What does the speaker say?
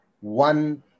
one